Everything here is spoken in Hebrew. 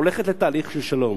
הולכת לתהליך של שלום,